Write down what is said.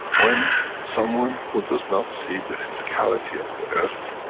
when someone who does not see the physicality of the earth,